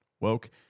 woke